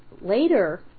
later